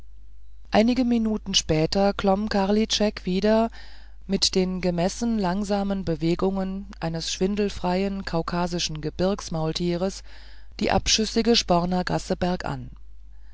einige minuten später klomm karlitschek wieder mit dem gemessen langsamen bewegungen eins schwindelfreien kaukasischen gebirgsmaultieres die abschüssige spornergasse bergan